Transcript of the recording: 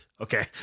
okay